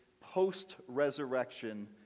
post-resurrection